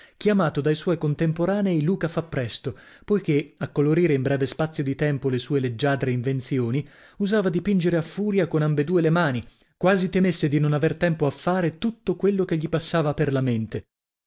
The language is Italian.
chiamato dai suoi contemporanei luca fa presto poichè a colorire in breve spazio di tempo le sue leggiadre invenzioni usava dipingere a furia con ambedue le mani quasi temesse di non aver tempo a fare tutto quello che gli passava per la mente